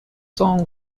song